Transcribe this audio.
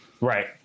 right